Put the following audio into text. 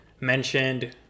mentioned